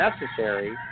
necessary